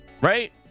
Right